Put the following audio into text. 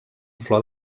flor